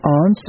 on